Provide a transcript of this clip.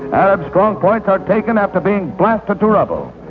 arab strong points are taken after being blasted to rubble.